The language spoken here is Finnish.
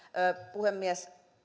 puhemies